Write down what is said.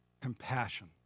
compassion